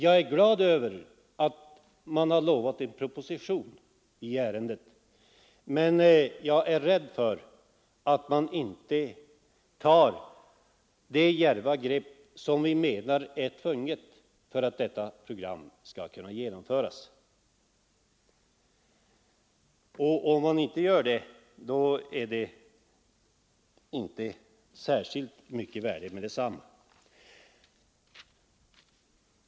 Jag är glad över att man har lovat en proposition i ärendet, men jag är rädd för att man inte tar det djärva grepp som vi anser är nödvändigt för att detta program skall kunna genomföras. Om man inte gör det är propositionen inte särskilt mycket värd.